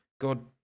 God